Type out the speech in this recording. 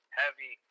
heavy